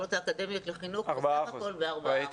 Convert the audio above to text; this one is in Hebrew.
במכללות האקדמיות לחינוך בסך הכול ב-4%.